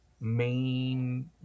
main